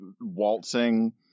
waltzing